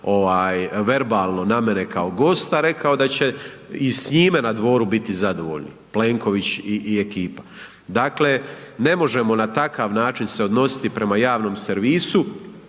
verbalno na mene kao gosta, rekao da će i s njime na dvoru biti zadovoljni Plenković i, i ekipa, dakle ne možemo na takav način se odnositi prema javnom servisu.